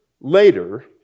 later